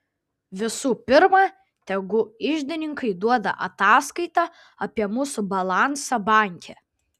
visų pirma tegu iždininkai duoda ataskaitą apie mūsų balansą banke